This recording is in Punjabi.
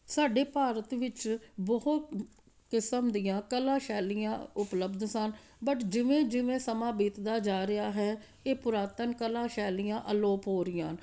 ਸਾਡੇ ਭਾਰਤ ਵਿੱਚ ਬਹੁਤ ਕਿਸਮ ਦੀਆਂ ਕਲਾ ਸ਼ੈਲੀਆਂ ਉਪਲਬਧ ਸਨ ਬਟ ਜਿਵੇਂ ਜਿਵੇਂ ਸਮਾਂ ਬੀਤਦਾ ਜਾ ਰਿਹਾ ਹੈ ਇਹ ਪੁਰਾਤਨ ਕਲਾ ਸ਼ੈਲੀਆਂ ਅਲੋਪ ਹੋ ਰਹੀਆਂ ਹਨ